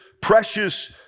precious